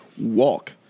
walk